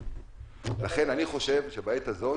לכן אני חושב שבעת הזאת,